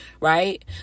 right